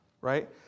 right